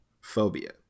Phobia